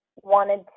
wanted